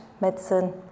Medicine